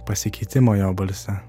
pasikeitimą jo balse